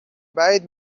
بعید